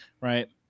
Right